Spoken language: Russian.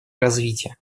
развития